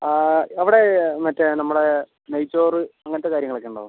അവിടെ മറ്റേ നമ്മുടെ നെയ്ച്ചോറ് അങ്ങനത്തെ കാര്യങ്ങൾ ഒക്കെ ഉണ്ടാവുമോ